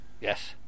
Yes